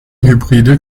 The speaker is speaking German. hybride